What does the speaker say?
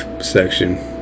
section